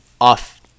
off